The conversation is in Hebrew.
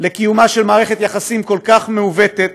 לקיומה של מערכת יחסים כל כך מעוותת